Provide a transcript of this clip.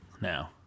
now